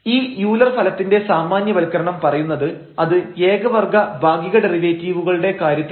ഈ യൂലർ ഫലത്തിൻറെ സാമാന്യവൽക്കരണം പറയുന്നത് അത് ഏക വർഗ്ഗ ഭാഗിക ഡെറിവേറ്റീവുകളുടെ കാര്യത്തിലായിരുന്നു